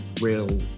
real